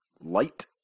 Light